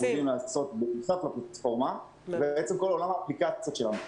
יודעים לעשות בנוסף לפלטפורמה זה כל עולם האפליקציות שלנו.